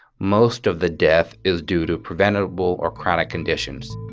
most of the death is due to preventable or chronic conditions